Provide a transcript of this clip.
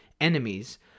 enemies